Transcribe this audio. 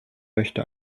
möchte